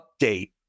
update